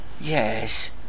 Yes